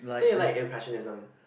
so you like impressionism